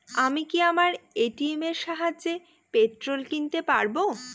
আমি কি আমার এ.টি.এম এর সাহায্যে পেট্রোল কিনতে পারব?